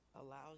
allows